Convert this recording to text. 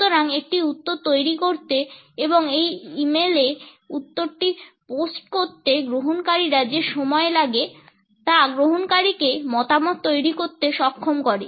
সুতরাং একটি উত্তর তৈরি করতে এবং এই ই মেইলে এই উত্তরটি পোস্ট করতে গ্রহণকারীর যে সময় লাগে তা গ্রহণকারীকে মতামত তৈরি করতে সক্ষম করে